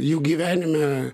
jų gyvenime